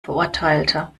verurteilter